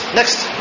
next